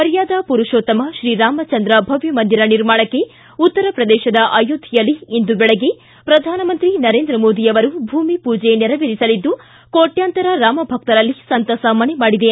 ಮರ್ಯಾದ ಮರುಷೋತ್ತಮ ಶ್ರೀರಾಮಚಂದ್ರ ಭವ್ಯ ಮಂದಿರ ನಿರ್ಮಾಣಕ್ಕೆ ಉತ್ತರ ಪ್ರದೇಶದ ಅಯೋಧ್ಯಯಲ್ಲಿ ಇಂದು ಬೆಳಗ್ಗೆ ಪ್ರಧಾನಮಂತ್ರಿ ನರೇಂದ್ರ ಮೋದಿಯವರು ಭೂಮಿ ಪೂಜೆ ನೆರವೇರಿಸಲಿದ್ದು ಕೋಟ್ಕಾಂತರ ರಾಮ ಭಕ್ತರಲ್ಲಿ ಸಂತಸ ಮನೆ ಮಾಡಿದೆ